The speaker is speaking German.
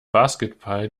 basketball